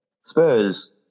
Spurs